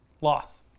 loss